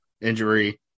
injury